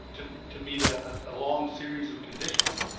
to to meet ah a long series of conditions.